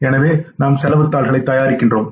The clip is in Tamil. எனவே நாம் செலவுத் தாளைத் தயாரிக்கிறோம்